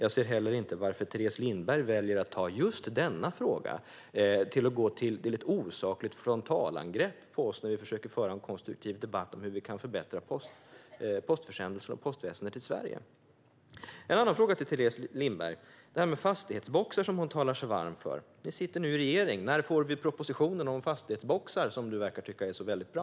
Jag ser heller inte varför Teres Lindberg väljer att ta just denna fråga till att gå till ett osakligt frontalangrepp på oss när vi försöker föra en konstruktiv debatt om hur vi kan förbättra för postförsändelser och postväsendet i Sverige. Jag har en annan fråga till Teres Lindberg, om fastighetsboxar som hon talar sig varm för. När får vi propositionen om fastighetsboxar, som du verkar tycka är så väldigt bra?